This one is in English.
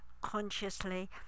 consciously